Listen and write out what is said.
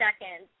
seconds